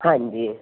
ਹਾਂਜੀ